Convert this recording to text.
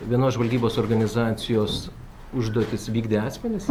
vienos žvalgybos organizacijos užduotis vykdę asmenys